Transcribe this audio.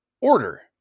order